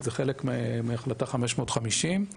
זה חלק מהחלטה 550,